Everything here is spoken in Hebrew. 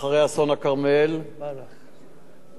והמערך היה במצב עגום מאוד.